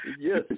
Yes